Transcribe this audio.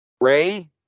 Ray